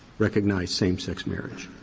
recognized same-sex marriage.